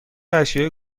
اشیاء